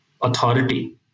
Authority